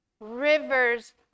Rivers